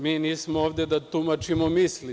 Mi nismo ovde da tumačimo misli.